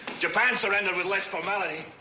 japan surrendered with less formality.